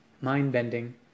mind-bending